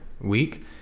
week